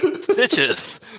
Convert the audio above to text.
Stitches